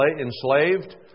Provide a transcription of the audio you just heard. enslaved